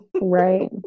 Right